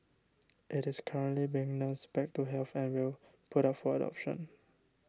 it is currently being nursed back to health and will put up for adoption